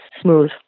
smooth